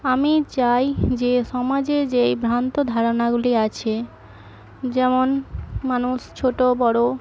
আমি চাই যে সমাজে যেই ভ্রান্ত ধারণাগুলি আছে যেমন মানুষ ছোটো বড়ো